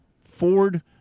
Ford